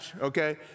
okay